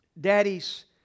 daddies